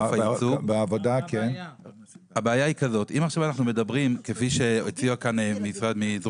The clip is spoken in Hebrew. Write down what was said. הבעיה היא כזו אם אנו מדברים כפי שהציע כאן מזרוע